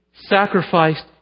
sacrificed